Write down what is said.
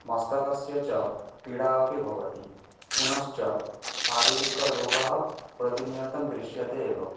मस्तकस्य च पीडा अपि भवति पुनश्च शारीरिकरोगः प्रतिनियतं दृश्यते एव